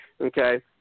Okay